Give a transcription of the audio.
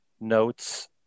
notes